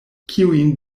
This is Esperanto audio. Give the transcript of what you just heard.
kiujn